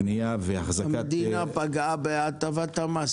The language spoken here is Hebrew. קנייה והחזקת --- המדינה פגעה בהטבת המס